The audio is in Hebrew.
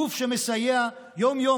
גוף שמסייע יום-יום,